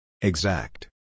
Exact